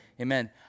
Amen